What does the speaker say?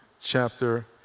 chapter